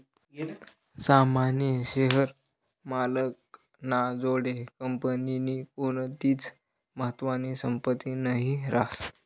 सामान्य शेअर मालक ना जोडे कंपनीनी कोणतीच महत्वानी संपत्ती नही रास